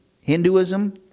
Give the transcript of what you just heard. Hinduism